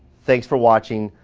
thanks for watching.